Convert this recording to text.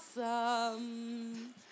awesome